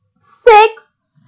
six